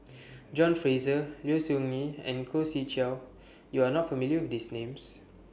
John Fraser Low Siew Nghee and Khoo Swee Chiow YOU Are not familiar with These Names